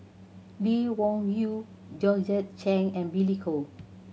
Lee Wung Yew Georgette Chen and Billy Koh